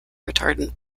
retardant